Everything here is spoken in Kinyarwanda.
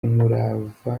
umurava